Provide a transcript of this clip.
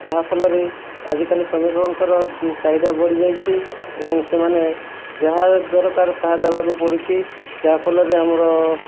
ଯାହାଫଲରେ ଆଜିକାଲି ଶ୍ରମିକଙ୍କର ଚାହିଦା ବଢ଼ିଯାଇଛି ଏବଂ ସେମାନେ ଯାହା ଦରକାର ତାହା ଦେବାକୁ ପଡୁଛି ଯାହାଫଲରେ ଆମର